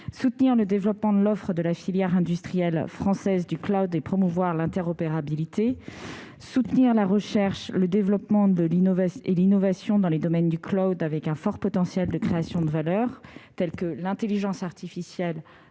soutenir le développement de l'offre de la filière industrielle du et promouvoir l'interopérabilité ; soutenir la recherche, le développement et l'innovation dans les domaines du présentant un fort potentiel de création de valeur, comme l'intelligence artificielle,